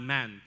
Man